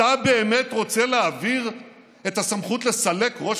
אתה באמת רוצה להעביר את הסמכות לסלק ראש